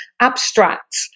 abstract